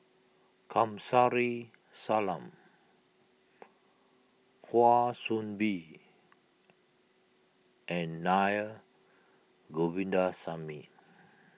Kamsari Salam Kwa Soon Bee and Naa Govindasamy